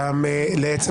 גם לעצם